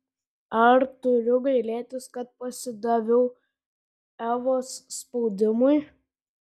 ar turiu gailėtis kad pasidaviau evos spaudimui